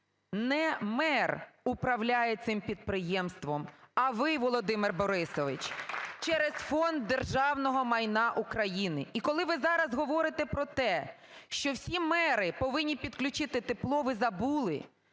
Не мер управляє цим підприємством, а ви, Володимир Борисович. (Оплески) Через Фонд державного майна України. І коли ви зараз говорите про те, що всі мери повинні підключити тепло, ви забули,